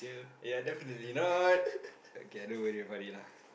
ya definitely not okay don't worry about it lah